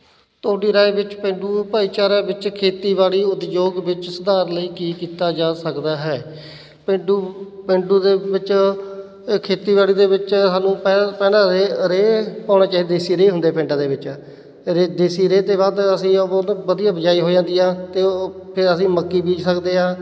ਤੁਹਾਡੀ ਰਾਏ ਵਿੱਚ ਪੇਂਡੂ ਭਾਈਚਾਰਿਆਂ ਵਿੱਚ ਖੇਤੀਬਾੜੀ ਉਦਯੋਗ ਵਿੱਚ ਸੁਧਾਰ ਲਈ ਕੀ ਕੀਤਾ ਜਾ ਸਕਦਾ ਹੈ ਪੇਂਡੂ ਪੇਂਡੂ ਦੇ ਵਿੱਚ ਖੇਤੀਬਾੜੀ ਦੇ ਵਿੱਚ ਸਾਨੂੰ ਪਹਿ ਪਹਿਲਾ ਰੇ ਰੇਹ ਪਾਉਣੀ ਚਾਹੀਦੀ ਦੇਸੀ ਰੇਹ ਹੁੰਦੀ ਹੈ ਪਿੰਡਾਂ ਦੇ ਵਿੱਚ ਰੇਹ ਦੇਸੀ ਰੇਹ ਤੋਂ ਬਾਅਦ ਅਸੀਂ ਉਹ ਤੋਂ ਵਧੀਆ ਬਿਜਾਈ ਹੋ ਜਾਂਦੀ ਆ ਅਤੇ ਉਹ ਫਿਰ ਅਸੀਂ ਮੱਕੀ ਬੀਜ ਸਕਦੇ ਹਾਂ